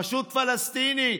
הרשות הפלסטינית,